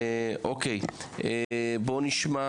אוקי, בוא נשמע